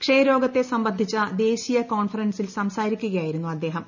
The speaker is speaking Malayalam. ക്ഷയരോഗത്തെ സംബന്ധിച്ച ദേശീയ കോൺഫറൻസിൽ സംസാരിക്കുകയായിരുന്നു അദ്ദേഹം